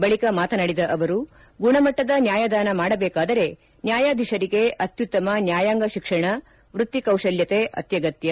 ಬಳಿಕ ಮಾತನಾಡಿದ ಅವರು ಗುಣಮಟ್ಟದ ನ್ಯಾಯದಾನ ಮಾಡಬೇಕಾದರೆ ನ್ಯಾಯಾಧೀಶರಿಗೆ ಅತ್ಯುತ್ತಮ ನ್ಯಾಯಾಂಗ ಶಿಕ್ಷಣ ವ್ಯಕ್ತಿ ಕೌಶಲ್ಯತೆ ಅತ್ಯಗತ್ನ